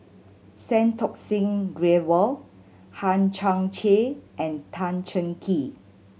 Santokh Singh Grewal Hang Chang Chieh and Tan Cheng Kee